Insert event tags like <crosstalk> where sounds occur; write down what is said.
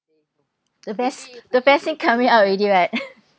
the best the best thing coming out already right <laughs>